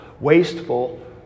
wasteful